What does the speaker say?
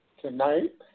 tonight